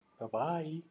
bye-bye